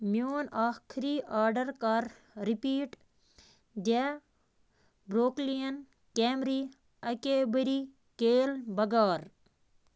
میون آخری آرڈر کر رِپیٖٹ دَ برٛوکلیٖن کیمری اَکے بٔری کیل بَغار